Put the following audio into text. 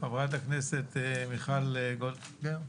חברת הכנסת מיכל וולדיגר.